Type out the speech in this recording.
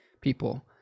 people